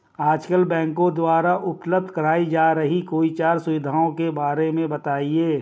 आजकल बैंकों द्वारा उपलब्ध कराई जा रही कोई चार सुविधाओं के बारे में बताइए?